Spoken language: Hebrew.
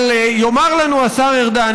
אבל יאמר לנו השר ארדן,